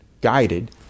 guided